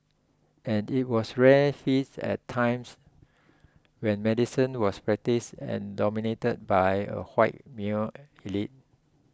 and it was rare feats at a times when medicine was practised and dominated by a white male elite